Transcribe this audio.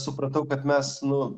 supratau kad mes nu